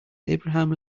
abraham